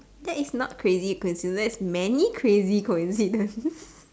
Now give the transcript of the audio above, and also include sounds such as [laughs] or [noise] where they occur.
that is not crazy coincidence that is many crazy coincidence [laughs]